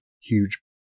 huge